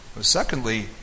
Secondly